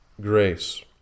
grace